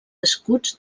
escuts